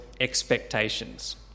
expectations